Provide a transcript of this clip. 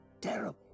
Terrible